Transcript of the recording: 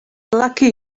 lucky